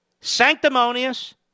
sanctimonious